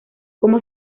como